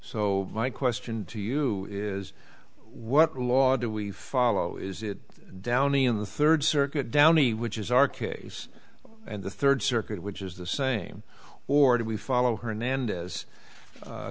so my question to you is what law do we follow is it downey in the third circuit downey which is our case and the third circuit which is the same or do we follow hernandez u